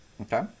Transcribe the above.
Okay